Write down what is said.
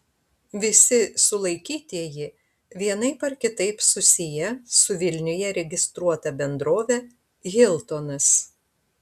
visi sulaikytieji vienaip ar kitaip susiję su vilniuje registruota bendrove hiltonas